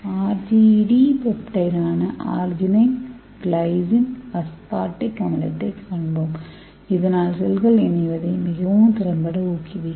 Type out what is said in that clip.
RGD பெப்டைடான arginine glycine aspartic அமிலத்தைக் காண்பிப்போம் இதனால் செல்கள் இணைவதை மிகவும் திறம்பட ஊக்குவிக்கும்